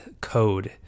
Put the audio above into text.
code